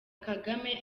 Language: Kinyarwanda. kagame